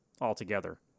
altogether